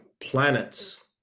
planets